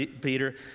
Peter